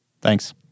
Thanks